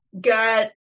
got